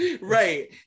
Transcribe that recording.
Right